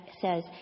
says